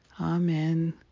Amen